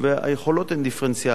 והיכולות הן דיפרנציאליות,